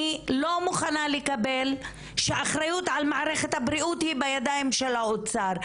אני לא מוכנה לקבל שהאחריות על מערכת הבריאות היא בידיים של האוצר.